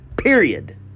Period